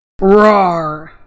Rawr